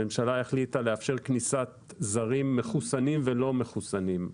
הממשלה החליטה לאפשר כניסת זרים מחוסנים ולא מחוסנים.